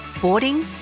boarding